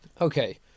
okay